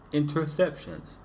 interceptions